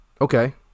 Okay